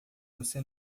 você